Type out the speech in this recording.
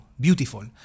Beautiful